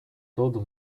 todo